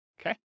Okay